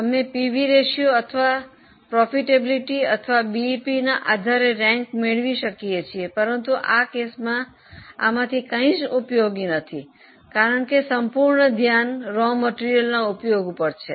અમે PV ratio અથવા નફાકારકતા અથવા બીઇપીના આધારે રેન્ક મેળવી શકીએ છીએ પરંતુ આ કેસમાં આમાંથી કોઈ ઉપયોગી નથી કારણ કે સંપૂર્ણ ધ્યાન કાચો માલના ઉપયોગ પર છે